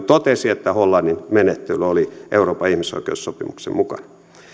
totesi että hollannin menettely oli euroopan ihmisoikeussopimuksen mukainen